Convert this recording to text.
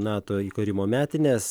nato įkūrimo metines